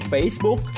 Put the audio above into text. Facebook